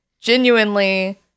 genuinely